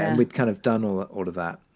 and we've kind of done all ah all of that.